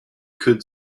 could